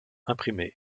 imprimée